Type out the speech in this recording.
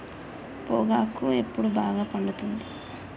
పొగాకు ఎప్పుడు బాగా పండుతుంది?